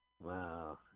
Wow